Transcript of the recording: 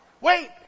Wait